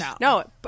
No